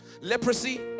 leprosy